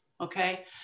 okay